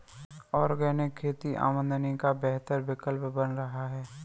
organic खेती आमदनी का बेहतर विकल्प बन रहा है